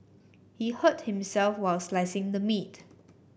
he hurt himself while slicing the meat